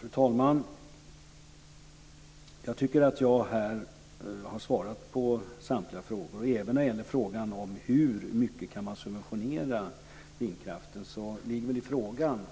Fru talman! Jag tycker att jag har svarat på samtliga frågor. I frågan om hur mycket man kan subventionera vindkraften ligger egentligen